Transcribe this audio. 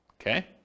Okay